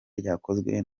ryakozwe